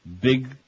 big